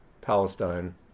Palestine